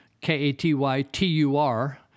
K-A-T-Y-T-U-R